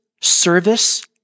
service